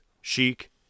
Chic